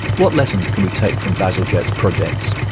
what lessons can we take from bazalgette's projects?